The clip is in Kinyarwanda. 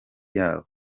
yabo